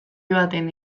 baten